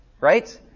right